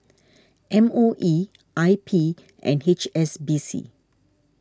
M O E I P and H S B C